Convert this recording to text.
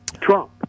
Trump